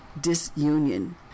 disunion